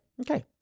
Okay